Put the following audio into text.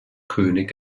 könig